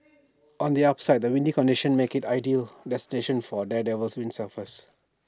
on the upside the windy conditions make IT ideal destination for daredevil windsurfers